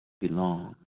Belong